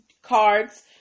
cards